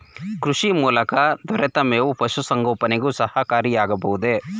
ಕೃಷಿ ಮೂಲಕ ದೊರೆತ ಮೇವು ಪಶುಸಂಗೋಪನೆಗೆ ಸಹಕಾರಿಯಾಗಬಹುದೇ?